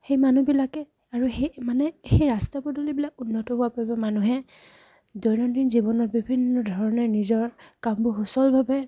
সেই মানুহবিলাকে আৰু সেই মানে সেই ৰাস্তা পদূলিবিলাক উন্নত হোৱাৰ বাবে মানুহে দৈনন্দিন জীৱনত বিভিন্ন ধৰণে নিজৰ কামবোৰ সুচলভাৱে